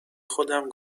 خودم